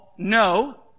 No